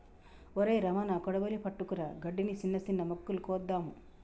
ఒరై రమణ కొడవలి పట్టుకురా గడ్డిని, సిన్న సిన్న మొక్కలు కోద్దాము